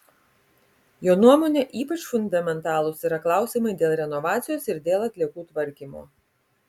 jo nuomone ypač fundamentalūs yra klausimai dėl renovacijos ir dėl atliekų tvarkymo